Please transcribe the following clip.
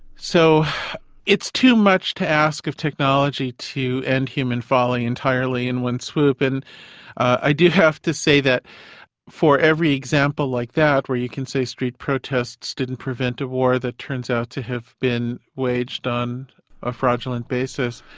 so it's too much to ask of technology to end human folly entirely in one swoop, and i do have to say that for every example like that where you can say street protests didn't prevent a war that turns out to have been waged on a fraudulent basis,